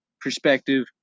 Perspective